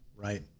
Right